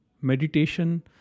meditation